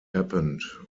happened